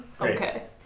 Okay